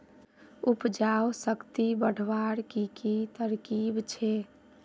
उपजाऊ शक्ति बढ़वार की की तरकीब छे?